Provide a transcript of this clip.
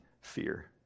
fear